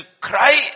cry